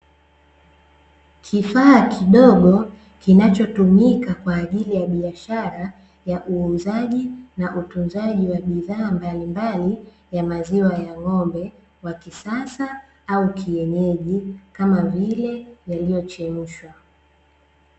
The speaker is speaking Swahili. Kifaa kidogo kinachotumika kwa ajili ya uuzaji na utunzaji wa bidhaa mbalimbali ya maziwa ya ng'ombe wa kisasa au kienyeji, kama vile yaliyochemshwa.